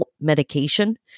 medication